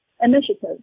initiative